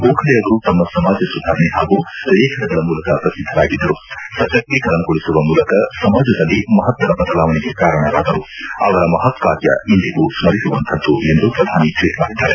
ಗೋಖಲೆ ಅವರು ತಮ್ಮ ಸಮಾಜ ಸುಧಾರಣೆ ಹಾಗೂ ಲೇಖನಗಳ ಮೂಲಕ ಪ್ರಸಿದ್ದರಾಗಿದ್ದರು ಸಶಕ್ತೀಕರಣಗೊಳಿಸುವ ಮೂಲಕ ಸಮಾಜದಲ್ಲಿ ಮಹತ್ತರ ಬದಲಾವಣೆಗೆ ಕಾರಣರಾದರು ಅವರ ಮಹತ್ಕಾರ್ಯ ಇಂದಿಗೂ ಸ್ಪರಿಸುವಂತಹುದ್ದು ಎಂದು ಪ್ರಧಾನಿ ಟ್ವೀಟ್ ಮಾಡಿದ್ದಾರೆ